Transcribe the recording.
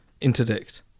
interdict